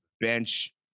bench